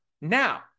now